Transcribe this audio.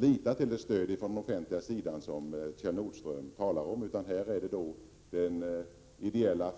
Exempelvis idrottsutövare och ungdomar behöver då, som Kjell Nordström talade om, inte lita till det offentliga